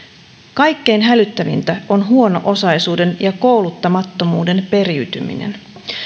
kaikkein hälyttävintä on huono osaisuuden ja kouluttamattomuuden periytyminen